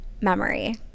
memory